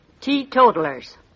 teetotalers